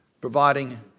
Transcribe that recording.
providing